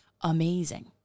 amazing